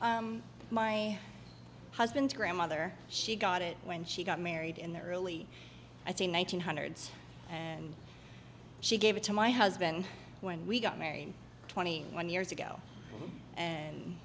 blood my husband's grandmother she got it when she got married in the early one thousand hundreds and she gave it to my husband when we got married twenty one years ago and